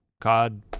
cod